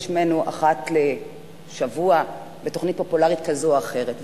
שמנו אחת לשבוע בתוכנית פופולרית כזו או אחרת,